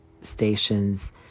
stations